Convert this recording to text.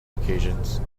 occasions